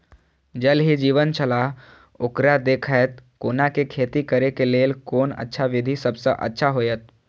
ज़ल ही जीवन छलाह ओकरा देखैत कोना के खेती करे के लेल कोन अच्छा विधि सबसँ अच्छा होयत?